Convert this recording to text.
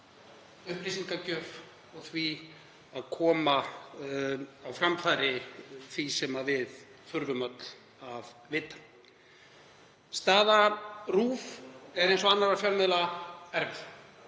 upplýsingagjöf og því að koma á framfæri því sem við þurfum öll að vita. Staða RÚV er, eins og staða annarra fjölmiðla, erfið.